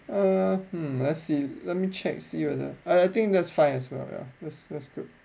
err hmm let's see let me check see whether I I think that's fine as well ya that's that's good